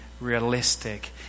realistic